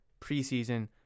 preseason